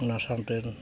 ᱚᱱᱟ ᱥᱟᱶᱛᱮ